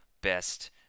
best